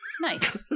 Nice